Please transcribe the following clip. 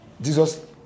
Jesus